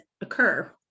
occur